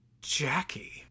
jackie